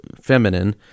Feminine